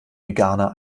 veganer